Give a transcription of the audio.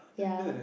ya